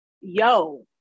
yo